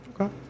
Okay